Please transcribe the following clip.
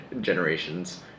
generations